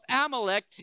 Amalek